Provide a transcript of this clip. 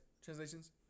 translations